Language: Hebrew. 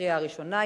לקריאה ראשונה.